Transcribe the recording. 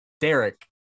Derek